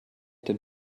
den